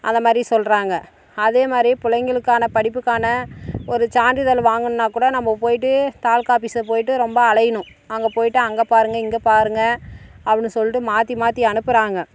அந்த மாரி சொல்லுறாங்க அதே மாரி பிள்ளைங்களுக்கான படிப்புக்கான ஒரு சான்றிதழ் வாங்கணுன்னா கூட நம்ம போயிவிட்டு தாலுக்கா ஆபீஸில் போயிவிட்டு ரொம்ப அலையணும் அங்கே போயிவிட்டு அங்கே பாருங்கள் இங்கே பாருங்கள் அப்படின்னு சொல்லிட்டு மாற்றி மாற்றி அனுப்புறாங்க